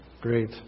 great